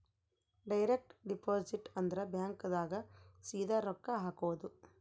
direct deposit ಅಂದ್ರ bank ದಾಗ ಸೀದಾ ರೊಕ್ಕ ಹಾಕೋದು